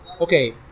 okay